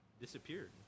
disappeared